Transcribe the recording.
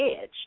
edge